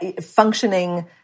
functioning